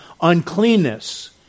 uncleanness